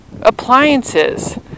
appliances